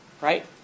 Right